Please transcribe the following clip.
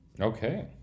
okay